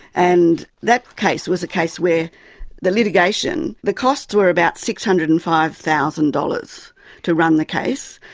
and that case was a case where the litigation, the costs were about six hundred and five thousand dollars to run the case,